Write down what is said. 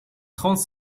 trente